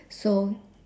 so